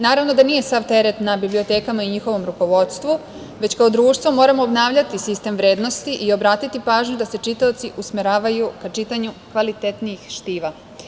Naravno da nije sav teret na bibliotekama i njihovom rukovodstvu, već kao društvo moramo obnavljati sistem vrednosti i obratiti pažnju da se čitaoci usmeravaju ka čitanju kvalitetnijih štiva.